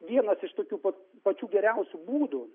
vienas iš tokių pačių geriausių būdų